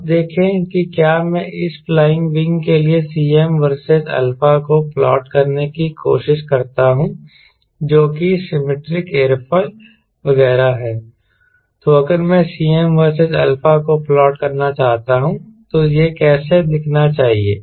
अब देखें कि क्या मैं इस फ्लाइंग विंग के लिए Cm वर्सेस α को प्लॉट करने की कोशिश करता हूं जो कि सिमैट्रिक एयरफॉयल वगैरह है तो अगर मैं Cm वर्सेस α को प्लॉट करना चाहता हूं तो यह कैसे दिखना चाहिए